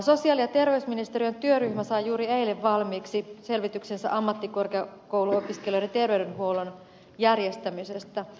sosiaali ja terveysministeriön työryhmä sai juuri eilen valmiiksi selvityksensä ammattikorkeakouluopiskelijoiden terveydenhuollon järjestämisestä